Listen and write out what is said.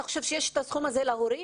אתה חושב שיש את הסכום הזה להורים?